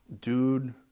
dude